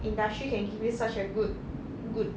industry can give you such a good good